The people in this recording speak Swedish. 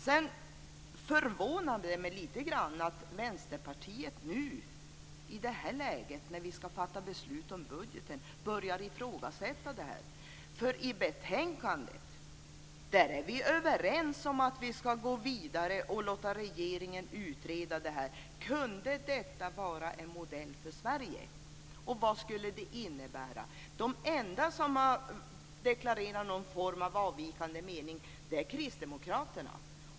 Det förvånar mig lite grann att Vänsterpartiet nu, när vi ska fatta beslut om budgeten, börjar ifrågasätta det här. I betänkandet är vi överens om att vi ska gå vidare och låta regeringen utreda om det här skulle kunna vara en modell för Sverige och vad det skulle innebära. De enda som deklarerar någon form av avvikande mening är kristdemokraterna.